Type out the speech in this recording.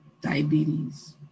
diabetes